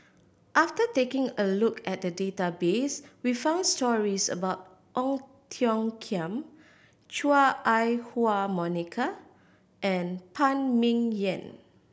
after taking a look at the database we found stories about Ong Tiong Khiam Chua Ah Huwa Monica and Phan Ming Yen